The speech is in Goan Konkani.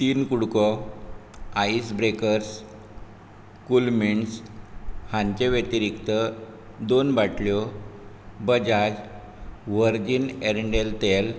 तीन कु़डको आईस ब्रेकर्स कुलमिंट्स हांचे व्यतिरीक्त दोन बाटल्यो बजाज व्हर्जिन एरंडेल तेल